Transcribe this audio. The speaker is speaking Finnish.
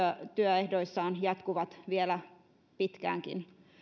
ja työehdoissaan jatkuvat vielä pitkäänkin